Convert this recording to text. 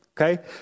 Okay